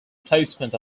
placement